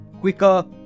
quicker